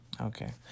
Okay